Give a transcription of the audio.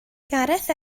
gareth